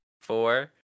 four